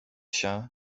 się